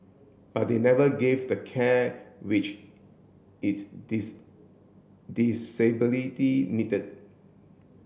but they never gave the care which its this disability needed